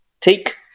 take